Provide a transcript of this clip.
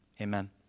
Amen